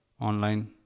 Online